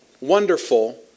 wonderful